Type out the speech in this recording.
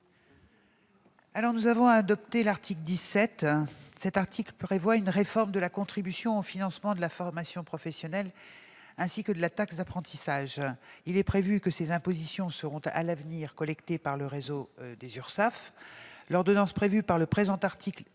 ? Nous avons adopté l'article 17, qui prévoit une réforme de la contribution au financement de la formation professionnelle ainsi que de la taxe d'apprentissage. Il est prévu que ces impositions seront à l'avenir collectées par le réseau de l'URSSAF. L'ordonnance prévue par le présent article est